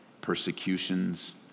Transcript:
Persecutions